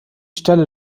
stelle